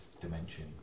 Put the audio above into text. dimension